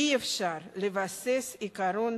אי-אפשר לבסס את עקרון